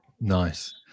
Nice